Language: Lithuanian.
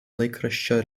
laikraščio